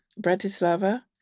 Bratislava